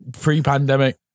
Pre-pandemic